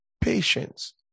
patience